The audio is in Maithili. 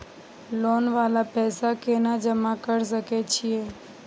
लोन वाला पैसा केना जमा कर सके छीये?